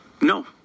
No